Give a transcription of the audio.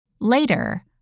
Later